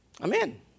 Amen